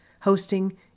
hosting